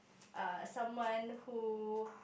uh someone who